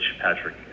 Patrick